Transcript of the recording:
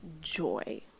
joy